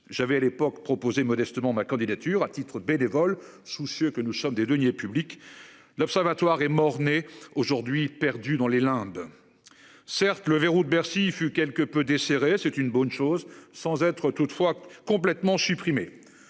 J'avais à l'époque. Modestement ma candidature à titre bénévole soucieux que nous sommes des deniers publics. L'observatoire et Morné aujourd'hui perdus dans les Landes. Certes le verrou de Bercy fut quelque peu desserré. C'est une bonne chose, sans être toutefois complètement.